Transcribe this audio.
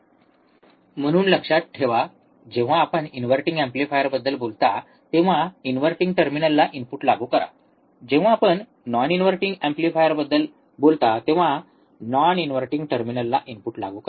म्हणून नेहमी लक्षात ठेवा जेव्हा आपण इनव्हर्टिंग एम्पलीफायरबद्दल बोलता तेंव्हा इनव्हर्टिंग टर्मिनलला इनपुट लागू करा जेव्हा आपण नॉन इनव्हर्टिंग एम्पलीफायरबद्दल बोलता तेंव्हा नॉन इनव्हर्टिंग टर्मिनलला इनपुट लागू करा